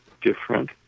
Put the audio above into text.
different